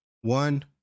one